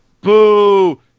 boo